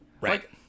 Right